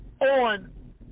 on